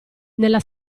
nella